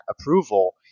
approval